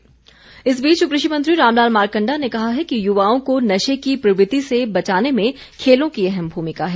मारकण्डा इस बीच कृषि मंत्री रामलाल मारकण्डा ने कहा है कि युवाओं को नशे की प्रवृत्ति से बचाने में खेलों की अहम भूमिका है